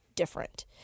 Different